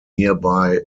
nearby